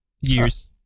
Years